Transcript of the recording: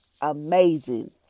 amazing